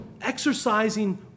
exercising